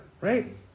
right